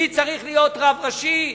מי צריך להיות רב ראשי,